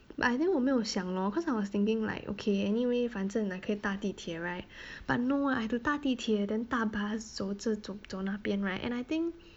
but I think 我没有想 lor cause I was thinking like okay anyway 反正可以搭地铁 right but no one I had to 搭地铁 then 搭 bus 走着走那边 right and I think